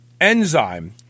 enzyme